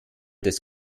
des